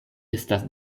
estas